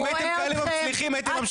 אם הייתם כאלה מוצלחים הייתם ממשיכים.